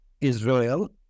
Israel